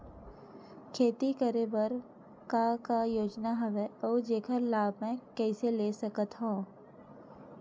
खेती करे बर का का योजना हवय अउ जेखर लाभ मैं कइसे ले सकत हव?